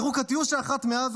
יירו קטיושה אחת מעזה,